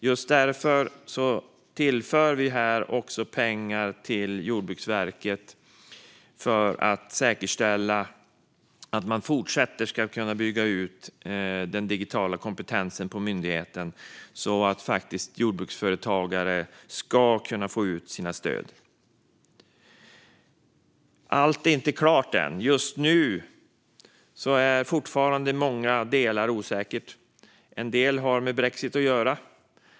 Just därför tillför vi här pengar till Jordbruksverket för att säkerställa att det går att fortsätta bygga ut den digitala kompetensen på myndigheten så att jordbruksföretagare ska få ut sina stöd. Allt är inte klart än. Just nu är många delar fortfarande osäkra. En del har med brexit att göra.